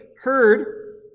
heard